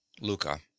Luca